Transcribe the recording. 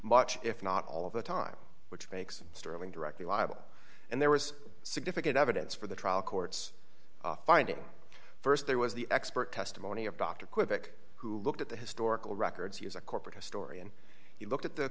much if not all of the time which makes sterling directly liable and there was significant evidence for the trial court's finding st there was the expert testimony of dr quick who looked at the historical records he is a corporate historian he looked at the